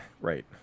Right